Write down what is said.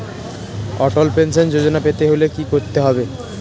অটল pension Yojana পেতে হলে কি করতে হবে?